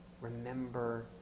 Remember